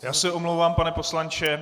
Já se omlouvám, pane poslanče.